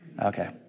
Okay